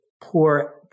poor